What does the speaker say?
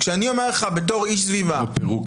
כשאני אומר לך כאיש סביבה --- לא פירוק